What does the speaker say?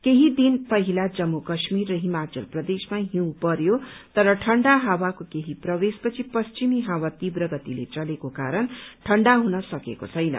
केही दिन पहिला जम्मू काश्मीर र हिमाचल प्रदेशमा हिउँ परयो तर ठण्डा हावाको केही प्रवेश पछि पश्चिमी हावा तीव्र गतिले चलेको कारण ठण्डा हुन सकेको छैन